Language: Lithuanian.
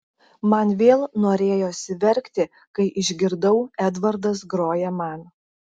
man vėl norėjosi verkti kai išgirdau edvardas groja man